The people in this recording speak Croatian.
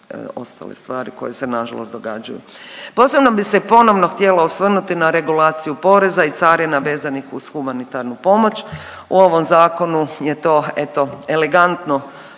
ostale stvari koje se nažalost događaju. Posebno bi se ponovno htjela osvrnuti na regulaciju poreza i carina vezanih uz humanitarnu pomoć. U ovom zakonu je to eto elegantno